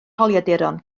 holiaduron